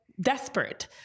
Desperate